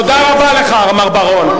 תודה רבה לך, מר בר-און.